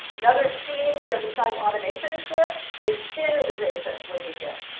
another theme here besides automation is good, is standardization would be good.